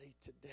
today